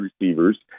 receivers